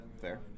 Fair